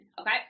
okay